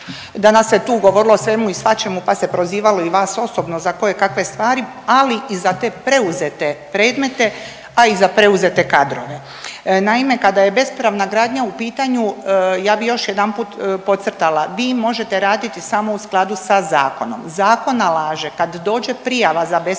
danas se tu govorilo o svemu i svačemu pa se prozivalo i vas osobno za koje kakve stvari, ali i za preuzete predmete, a i za preuzete kadrove. Naime, kada je bespravna gradnja u pitanju ja bi još jedanput podcrtala, vi možete raditi samo u skladu sa zakonom. Zakon nalaže kad dođe prijava za bespravnu gradnju